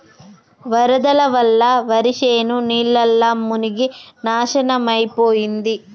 వరదల వల్ల వరిశేను నీళ్లల్ల మునిగి నాశనమైపోయింది